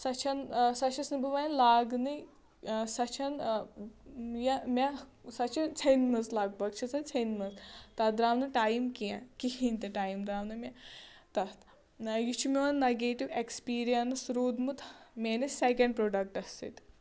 سۅ چھَنہٕ سۅ چھَس نہٕ بہٕ وۅنۍ لاگٔنٕے سۅ چھَنہٕ یہِ مےٚ سۅ چھِ ژھیٚنۍمٕژ لگ بگ چھِ سۅ ژھیٚنۍ مٕژ تَتھ درٛاو نہٕ ٹایِم کیٚنٛہہ کِہیٖنٛۍ تہِ ٹایِم درٛاو نہٕ مےٚ تَتھ نہَ یہِ چھِ میٛون نَگیٹیٛوٗ ایکٕسپیٖرنَس روٗدمُت میٛٲنِس سیکَنٛڈ پرٛوڈکٹَس سۭتۍ